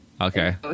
Okay